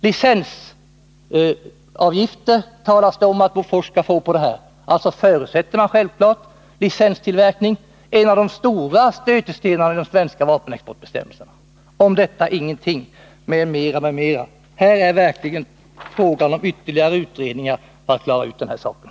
Det talas om att Bofors skall få licensavgifter. Man förutsätter alltså som något självklart licenstillverkning — en av de stora stötestenarna i de svenska vapenexportbestämmelserna. Om detta sägs ingenting i svaret. Det är verkligen motiverat med ytterligare utredningar för att klara ut den här saken.